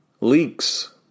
Leaks